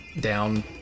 down